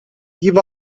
give